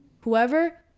whoever